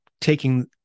taking